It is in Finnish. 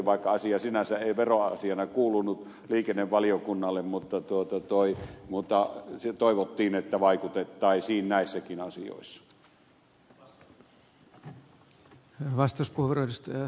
vaikka asia sinänsä ei veroasiana kuulunut liikennevaliokunnalle mutta tuota toi muuttaa ensi toivottiin että vaikutettaisiin näissäkin asioissa